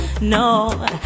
No